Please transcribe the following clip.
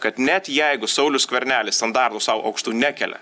kad net jeigu saulius skvernelis standartų sau aukštų nekelia